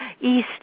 east